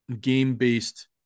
game-based